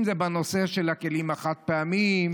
אם זה בנושא של הכלים החד-פעמיים,